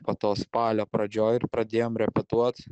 po to spalio pradžioj ir pradėjom repetuot